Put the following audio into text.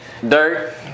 Dirt